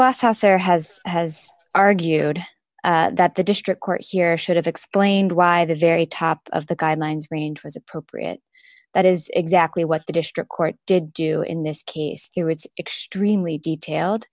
class has or has has argued that the district court here should have explained why the very top of the guidelines range was appropriate that is exactly what the district court did do in this case it's extremely detailed